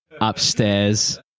upstairs